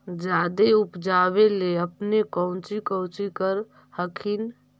जादे उपजाबे ले अपने कौची कौची कर हखिन?